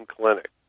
clinic